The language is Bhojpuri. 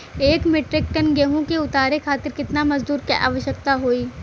एक मिट्रीक टन गेहूँ के उतारे खातीर कितना मजदूर क आवश्यकता होई?